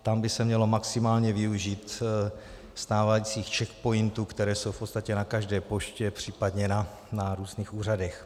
Tam by se mělo maximálně využít stávajících Czech Pointů, které jsou v podstatě na každé poště, případně na různých úřadech.